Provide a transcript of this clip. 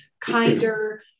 kinder